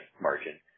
margin